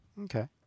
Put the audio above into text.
Okay